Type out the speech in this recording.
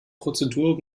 prozedur